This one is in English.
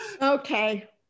okay